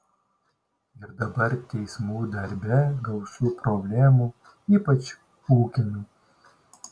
ir dabar teismų darbe gausu problemų ypač ūkinių